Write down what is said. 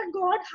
God